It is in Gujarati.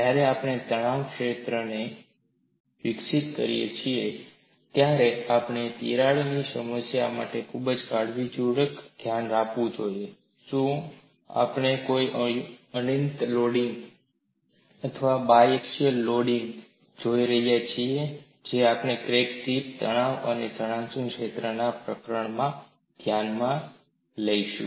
જ્યારે આપણે તણાવ ક્ષેત્રને વિકસિત કરીએ છીએ ત્યારે આપણે તિરાડની સમસ્યા માટે ખૂબ કાળજીપૂર્વક ધ્યાન આપવું જોઈએ શું આપણે કોઈ અનિયમિત લોડિંગ અથવા બાયએક્ષીયલ લોડિંગ જોઈ રહ્યા છીએ જે આપણે ક્રેક ટીપ તણાવ અને સ્થાનાંતરણ ક્ષેત્રોના પ્રકરણને ધ્યાનમાં લઈશું